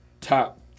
top